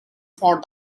for